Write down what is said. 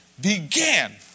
began